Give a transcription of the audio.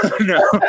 no